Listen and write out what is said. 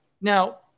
Now